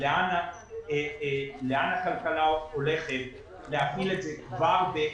לאן הכלכלה הולכת, להפעיל את זה כבר ב-2021.